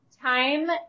time